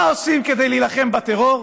מה עושים כדי להילחם בטרור.